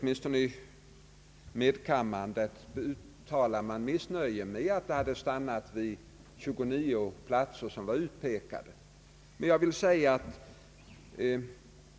I medkammaren uttalade man missnöje med att det hade stannat vid att man bara utpekat 29 platser.